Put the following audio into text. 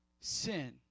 Sin